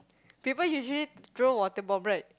people usually throw water bomb right